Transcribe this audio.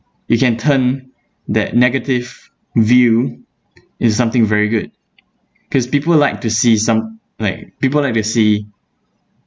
you can turn that negative view is something very good cause people like to see some like people like to see